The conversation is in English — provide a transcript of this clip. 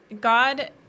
god